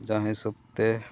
ᱡᱟᱦᱟᱸ ᱦᱤᱥᱟᱹᱵ ᱛᱮ